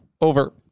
over